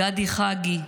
גדי חגי,